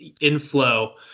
inflow